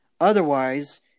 Otherwise